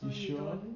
you sure